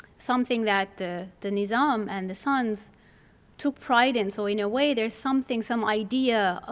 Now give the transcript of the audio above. something that the the nizam and the sons took pride in. so in a way there's something, some idea, ah